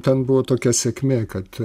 ten buvo tokia sėkmė kad